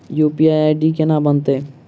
UPI ID केना बनतै?